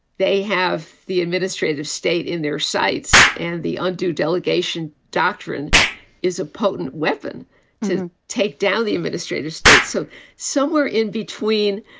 they have the administrative state in their sights and the undue delegation doctrine is a potent weapon to take down the administrative state. so somewhere in between,